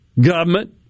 Government